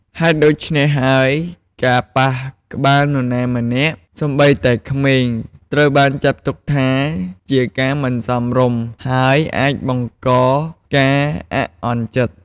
ហេតុដូច្នេះហើយ ការប៉ះក្បាលនរណាម្នាក់ សូម្បីតែក្មេង ត្រូវបានចាត់ទុកថាជាការមិនសមរម្យ ហើយអាចបង្កការអាក់អន់ចិត្ត។